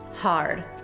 hard